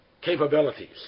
capabilities